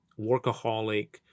workaholic